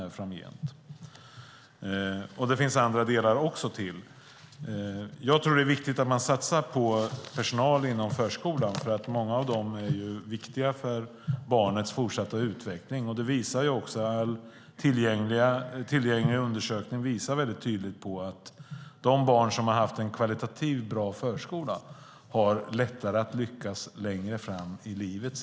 Det finns också andra delar. Jag tror att det är viktigt att man satsar på personal inom förskolan, för många av dem är viktiga för barnets fortsatta utveckling. Tillgängliga undersökningar visar också väldigt tydligt att de barn som har haft en kvalitativ, bra förskola sedan har lättare att lyckas längre fram i livet.